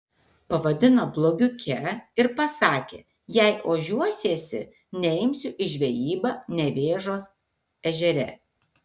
pavadino blogiuke ir pasakė jei ožiuosiesi neimsiu į žvejybą nevėžos ežere